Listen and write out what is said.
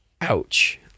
ouch